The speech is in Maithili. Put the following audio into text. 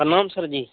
प्रणाम सरजी